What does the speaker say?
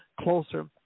closer